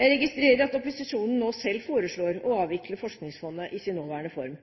Jeg registrerer at opposisjonen nå selv foreslår å avvikle Forskningsfondet i sin nåværende form.